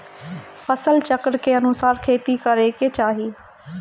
फसल चक्र के अनुसार खेती करे के चाही